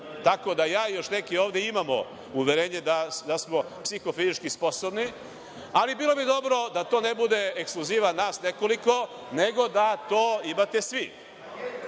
Tako da ja i još neki ovde imamo uverenje da smo psihofizički sposobni. Ali, bilo bi dobro da to ne bude ekskluziva nas nekoliko nego da to imate svi.